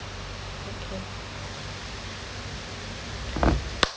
okay